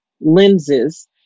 lenses